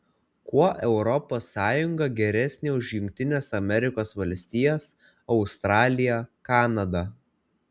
kuo europos sąjunga geresnė už jungtines amerikos valstijas australiją kanadą